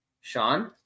Sean